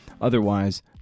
Otherwise